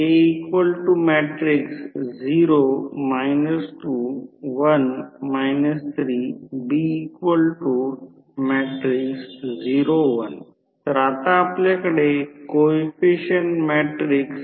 हे I0 हे प्रत्यक्षात फेजमध्ये नाही मी असे लिहितो कारण त्यात कोर लॉस आहे जे आयर्न लॉस म्हणजे एडी करंट आणि हेस्टेरीसेस लॉस आहे